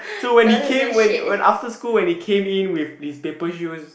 so when he came when when after school when he came in with his paper shoes